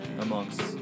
Amongst